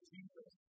Jesus